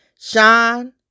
Sean